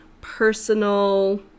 personal